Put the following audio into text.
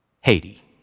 Haiti